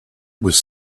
was